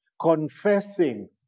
confessing